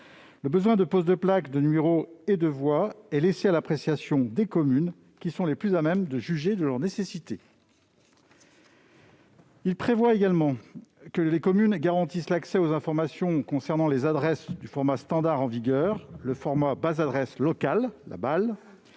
Le besoin de pose des plaques de numéro et de voies est laissé à l'appréciation des communes, qui sont les plus à même de juger de leur nécessité. Cet amendement tend également à prévoir que les communes garantissent l'accès aux informations concernant les adresses au format standard en vigueur, le format de la base adresse locale (BAL),